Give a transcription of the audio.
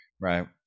right